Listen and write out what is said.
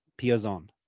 Piazon